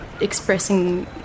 expressing